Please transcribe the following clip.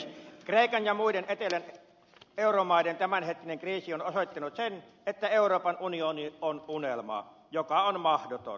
kreikan ja muiden etelän euromaiden tämänhetkinen kriisi on osoittanut sen että euroopan unioni on unelma joka on mahdoton